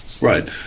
right